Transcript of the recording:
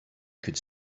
could